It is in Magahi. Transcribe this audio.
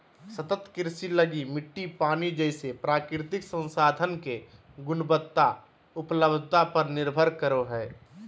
सतत कृषि लगी मिट्टी, पानी जैसे प्राकृतिक संसाधन के गुणवत्ता, उपलब्धता पर निर्भर करो हइ